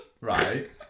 Right